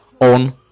on